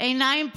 עיניים פקוחות,